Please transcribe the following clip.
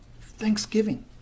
thanksgiving